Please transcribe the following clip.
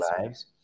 lives